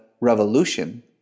revolution